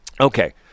okay